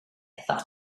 thought